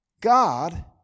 God